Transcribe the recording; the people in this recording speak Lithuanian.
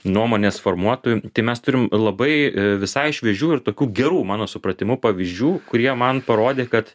nuomonės formuotoju tai mes turim labai visai šviežių ir tokių gerų mano supratimu pavyzdžių kurie man parodė kad